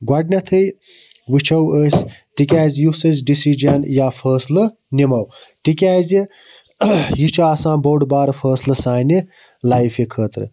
گۄڈنیٚتھٕے وٕچھو أسۍ تِکیازِ یُس أسۍ ڈیٚسِجَن یا فٲصلہٕ نِمو تِکیازِ یہِ چھُ آسان بوٚڈ بارٕ فٲصلہٕ سانہِ لایفہِ خٲطرٕ